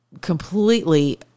completely